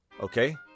Okay